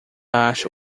acho